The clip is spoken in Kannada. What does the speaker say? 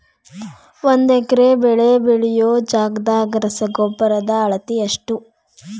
ಒಂದ್ ಎಕರೆ ಬೆಳೆ ಬೆಳಿಯೋ ಜಗದಾಗ ರಸಗೊಬ್ಬರದ ಅಳತಿ ಎಷ್ಟು?